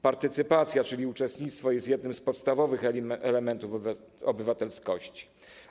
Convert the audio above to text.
Partycypacja, czyli uczestnictwo, jest jednym z podstawowych elementów obywatelskości.